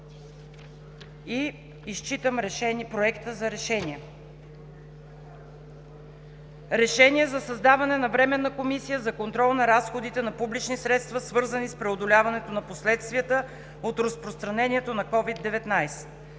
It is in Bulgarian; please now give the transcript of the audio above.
– изчитам Проекта за решение: „Проект! РЕШЕНИЕ за създаване на Временна комисия за контрол на разходите на публични средства, свързани с преодоляването на последствията от разпространението на COVID-19